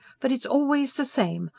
but it's always the same.